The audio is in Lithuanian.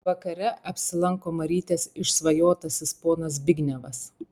vakare apsilanko marytės išsvajotasis ponas zbignevas